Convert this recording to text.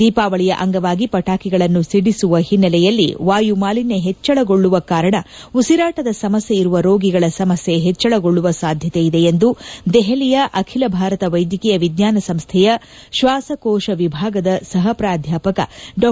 ದೀಪಾವಳಿಯ ಅಂಗವಾಗಿ ಪಟಾಕಿಗಳನ್ನು ಸಿಡಿಸುವ ಹಿನ್ನೆಲೆಯಲ್ಲಿ ವಾಯು ಮಾಲಿನ್ನ ಹೆಚ್ಚಳಗೊಳ್ಳುವ ಕಾರಣ ಉಸಿರಾಟದ ಸಮಸ್ವೆ ಇರುವ ರೋಗಿಗಳ ಸಮಸ್ಕೆ ಹೆಚ್ಚಳಗೊಳ್ಳುವ ಸಾಧ್ಯತೆ ಇದೆ ಎಂದು ದೆಹಲಿಯ ಅಖಿಲ ಭಾರತ ವೈದ್ಯಕೀಯ ವಿಜ್ಞಾನ ಸಂಸ್ಥೆಯ ಶ್ವಾಸಕೋಶ ವಿಭಾಗದ ಸಹ ಪ್ರಾಧ್ವಾಪಕ ಡಾ